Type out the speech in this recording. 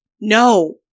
No